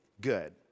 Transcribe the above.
good